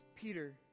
Peter